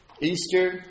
Easter